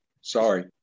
sorry